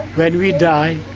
when we die,